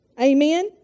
Amen